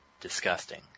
disgusting